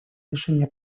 решения